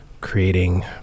creating